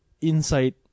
insight